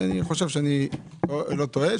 אני חושב שאני לא טועה.